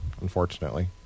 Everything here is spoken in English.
unfortunately